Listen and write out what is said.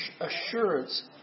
assurance